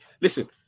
Listen